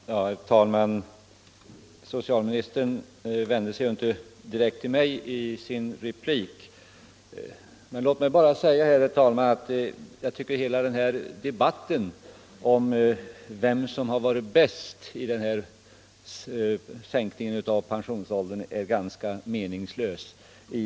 Herr talman! Socialministern vände sig inte direkt till mig i sin replik, men låt mig ändå säga att jag tycker att hela den här debatten i kammaren om vem som har varit bäst i fråga om sänkningen av pensionsåldern är ganska meningslös.